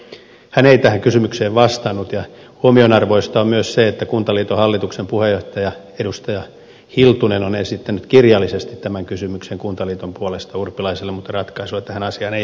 hän ei tähän kysymykseen vastannut ja huomionarvoista on myös se että kuntaliiton hallituksen puheenjohtaja edustaja hiltunen on esittänyt kirjallisesti tämän kysymyksen kuntaliiton puolesta urpilaiselle mutta ratkaisua tähän asiaan ei ole tullut